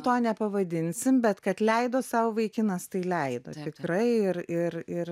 to nepavadinsim bet kad leido sau vaikinas tai leido tikrai ir ir ir